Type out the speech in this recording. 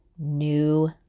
New